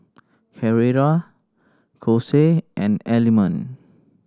Carrera Kose and Element